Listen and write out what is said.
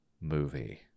movie